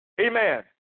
amen